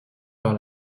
par